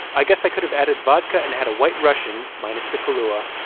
i guess i could've added vodka and had a white russian, minus the kahlua,